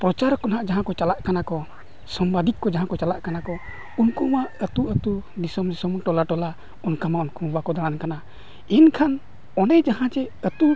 ᱯᱨᱚᱪᱟᱨ ᱠᱚ ᱱᱟᱦᱟᱜ ᱪᱟᱞᱟᱜ ᱠᱟᱱᱟ ᱠᱚ ᱥᱟᱝᱵᱟᱫᱤᱠ ᱠᱚ ᱡᱟᱦᱟᱸ ᱪᱟᱞᱟᱜ ᱠᱟᱱᱟ ᱠᱚ ᱩᱱᱠᱩᱢᱟ ᱟᱛᱳ ᱟᱛᱳ ᱫᱤᱥᱚᱢ ᱫᱤᱥᱚᱢ ᱴᱚᱞᱟ ᱴᱚᱞᱟ ᱚᱱᱠᱢᱟ ᱩᱱᱠᱩ ᱵᱟᱠᱚ ᱫᱟᱲᱟᱱ ᱠᱟᱱᱟ ᱮᱱᱠᱷᱟᱱ ᱚᱸᱰᱮ ᱡᱟᱦᱟᱸ ᱡᱮ ᱟᱛᱳ